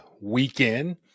weekend